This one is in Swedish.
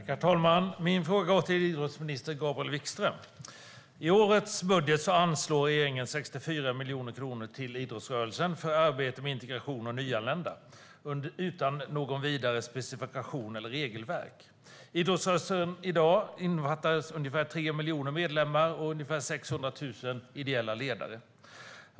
Herr talman! Min fråga går till idrottsminister Gabriel Wikström. I årets budget anslår regeringen 64 miljoner kronor till idrottsrörelsen för arbete med integration av nyanlända, utan någon vidare specifikation eller regelverk. Idrottsrörelsen i dag innefattar ungefär 3 miljoner medlemmar och ungefär 600 000 ideella ledare.